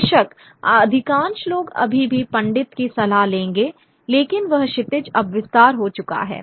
बेशक अधिकांश लोग अभी भी पंडित की सलाह लेंगे लेकिन वह क्षितिज अब विस्तार हो चुका है